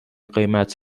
قیمت